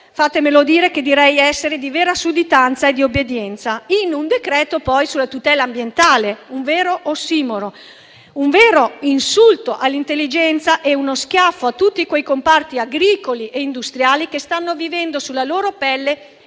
fatemelo dire - di vera sudditanza e obbedienza, in un decreto, poi, sulla tutela ambientale: un vero ossimoro, un vero insulto all'intelligenza e uno schiaffo a tutti quei comparti agricoli e industriali che stanno vivendo sulla loro pelle la difficoltà e